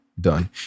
done